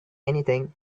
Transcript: anything